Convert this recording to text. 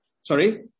Sorry